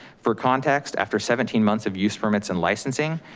for context, after seventeen months of use permits and licensing,